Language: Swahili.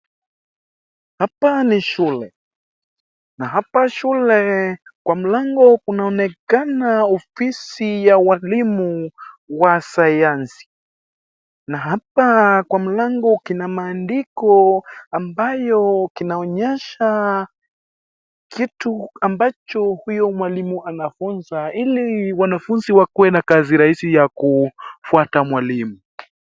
Hapa ni shule na hapa shule kwa mlango kunaonekana ofisi ya walimu wa sayansi. Na hapa kwa mlango kina maandiko ambayo kinaonyesha kitu ambacho huyo mwalimu anafunza ili wanafunzi wakuwe na kazi rahisi ya kufuata mwalimu.